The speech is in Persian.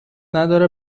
نداره